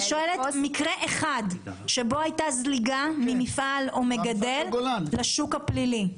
אני שואלת על מקרה אחד שבו הייתה זליגה ממפעל או ממגדל לשוק הפלילי.